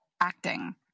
acting